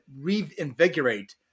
reinvigorate